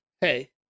hey